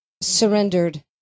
surrendered